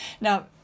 Now